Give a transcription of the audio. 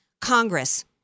Congress